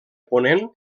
ponent